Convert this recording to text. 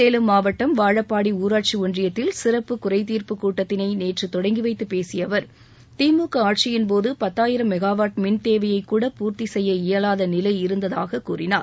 சேலம் மாவட்டம் வாழப்பாடி ஊராட்சி ஒன்றியத்தில் சிறப்பு குறைத்தீர்ப்பு கூட்டத்தினை நேற்று தொடங்கிவைத்து பேசிய அவர் திமுக ஆட்சியின்போது பத்தாயிரம் மெகாவாட் மின் தேவையை கூட பூர்த்தி செய்ய இயலாத நிலை இருந்ததாக கூறினார்